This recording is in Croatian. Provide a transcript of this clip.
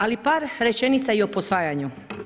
Ali par rečenica i o posvajanju.